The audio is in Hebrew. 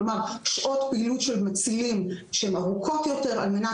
כלומר שעות פעילות של מצילים שהן ארוכות יותר על מנת